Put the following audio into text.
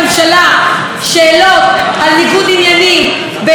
ניגוד עניינים ביני לבין משפחת אדרי.